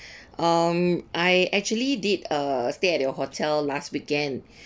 um I actually did uh stay at your hotel last weekend